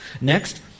Next